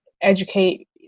educate